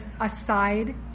aside